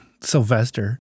Sylvester